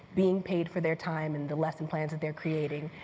being paid for their time and the lesson plans that they're creating,